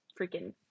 freaking